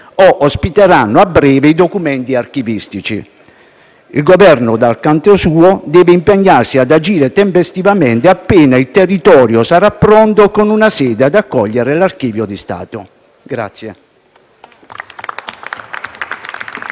o ospiteranno a breve i documenti archivistici. Il Governo, dal canto suo, deve impegnarsi ad agire tempestivamente appena il territorio sarà pronto con una sede ad accogliere l'Archivio di Stato.